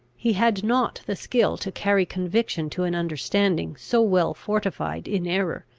he had not the skill to carry conviction to an understanding so well fortified in error.